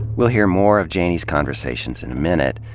we'll hear more of janey's conversations in a minute.